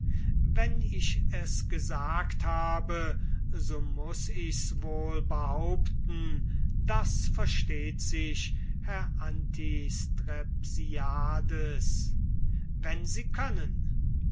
wenn ich es gesagt habe so muß ich's wohl behaupten das versteht sich herr antistrepsiades wenn sie können